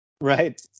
Right